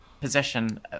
position